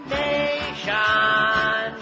nation